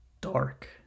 dark